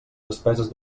despeses